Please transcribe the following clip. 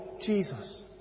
Jesus